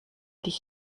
sich